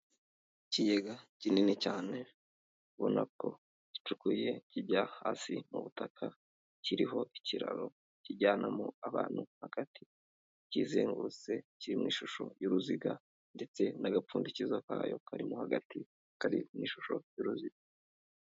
Ikigega kinini cyane ubona ko gicukuye kijya hasi mu butaka kiriho ikiraro kijyanamo abantu hagati, kizengurutse kiri mu ishusho y'uruziga ndetse n'agapfundikizo kacyo karimo hagati, kari mu ishusho y'uruziga.